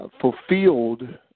fulfilled